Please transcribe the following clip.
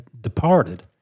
departed